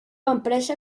empresa